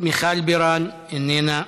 מיכל בירן, איננה,